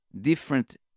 Different